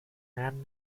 werden